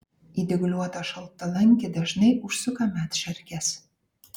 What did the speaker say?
į dygliuotą šaltalankį dažnai užsuka medšarkės